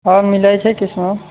आओर मिलैत छै कृष्णभोग